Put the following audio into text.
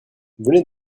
venez